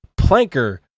Planker